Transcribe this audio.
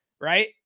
right